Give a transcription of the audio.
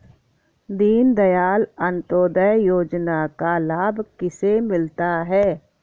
दीनदयाल अंत्योदय योजना का लाभ किसे मिलता है?